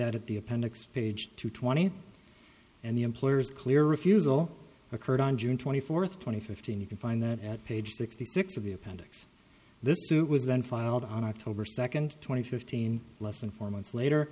out at the appendix page two twenty and the employers clear refusal occurred on june twenty fourth twenty fifteen you can find that at page sixty six of the appendix this suit was then filed on october second twenty fifteen less than four months later